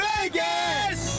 Vegas